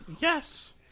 Yes